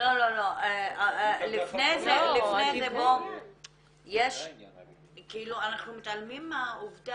לפני זה -- -אנחנו מתעלמים מהעבודה